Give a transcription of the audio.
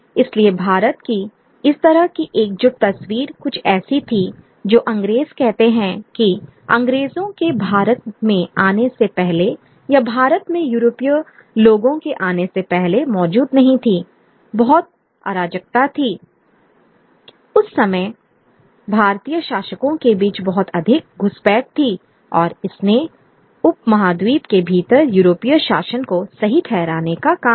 इसलिए भारत की इस तरह की एकजुट तस्वीर कुछ ऐसी थी जो अंग्रेज कहते हैं कि अंग्रेजों के भारत में आने से पहले या भारत में यूरोपीय लोगों के आने से पहले मौजूद नहीं थी Iबहुत अराजकता थी उस समय भारतीय शासकों के बीच बहुत अधिक घुसपैठ थी और इसने उपमहाद्वीप के भीतर यूरोपीय शासन को सही ठहराने का काम किया